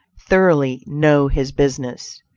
thoroughly know his business.